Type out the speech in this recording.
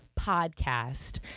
Podcast